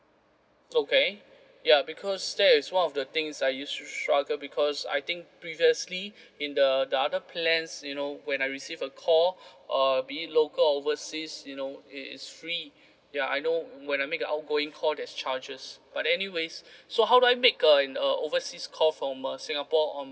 okay ya because that is one of the things I used to struggle because I think previously in the the other plans you know when I receive a call err be it local or overseas you know it is free ya I know when I make an outgoing call there's charges but anyways so how do I make a an err overseas call from uh singapore on